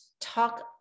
talk